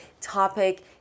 topic